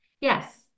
yes